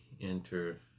enter